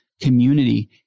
community